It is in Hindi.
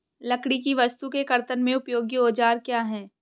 लकड़ी की वस्तु के कर्तन में उपयोगी औजार क्या हैं?